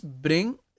bring